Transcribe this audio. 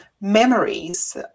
memories